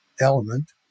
element